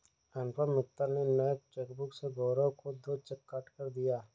अनुपम मित्तल ने नए चेकबुक से गौरव को दो चेक काटकर दिया